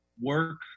work